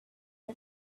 the